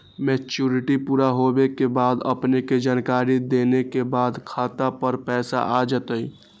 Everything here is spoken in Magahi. मैच्युरिटी पुरा होवे के बाद अपने के जानकारी देने के बाद खाता पर पैसा आ जतई?